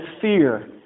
fear